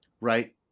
Right